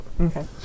Okay